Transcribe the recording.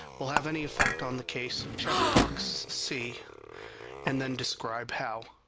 will have any effect on the case, check box c and then describe how.